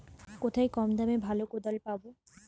কোথায় কম দামে ভালো কোদাল পাব?